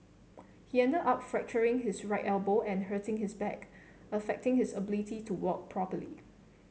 he ended up fracturing his right elbow and hurting his back affecting his ability to walk properly